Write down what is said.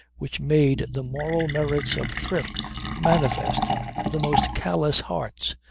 which made the moral merits of thrift manifest to the most callous hearts,